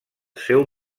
seu